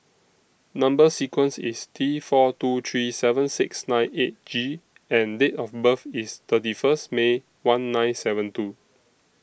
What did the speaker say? Number sequence IS T four two three seven six nine eight G and Date of birth IS thirty First May one nine seven two